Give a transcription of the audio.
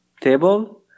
table